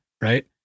right